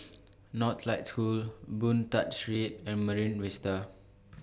Northlight School Boon Tat Street and Marine Vista